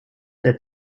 der